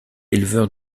éleveur